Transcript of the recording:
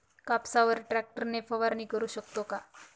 कापसावर ट्रॅक्टर ने फवारणी करु शकतो का?